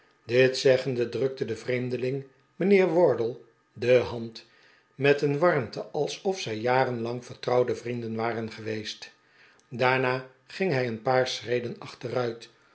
dit zeggende drukte de vreemdeling mijnheer wardle de hand met een warmte alsof zij jarenlang vertrouwde vrienden waren geweest daarna ging hij een paar schreden achteruit